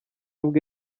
bwe